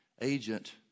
agent